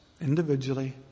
individually